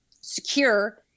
secure